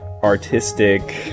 artistic